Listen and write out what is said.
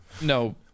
No